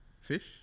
fish